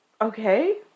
Okay